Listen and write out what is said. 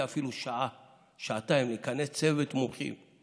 אפילו שעה-שעתיים: לכנס צוות מומחים,